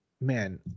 man